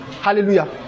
Hallelujah